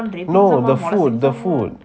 no the food the food